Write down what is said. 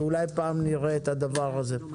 אולי פעם נראה את הדבר הזה.